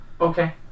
Okay